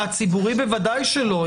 מהציבורי ודאי שלא.